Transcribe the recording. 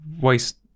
waste